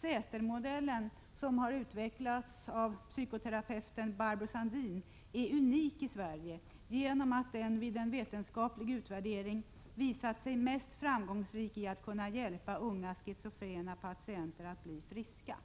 Sätermodellen, som har utvecklats av psykoterapeuten Barbro Sandin, är unik i Sverige eftersom den vid en vetenskaplig utvärdering visat sig mest framgångsrik då det gäller att hjälpa unga schizofrena patienter att bli friska.